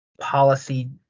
policy